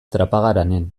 trapagaranen